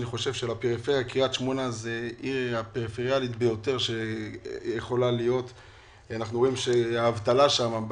קריית שמונה היא העיר הפריפריאלית ביותר ואנחנו רואים שהאבטלה שם,